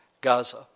Gaza